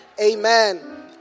Amen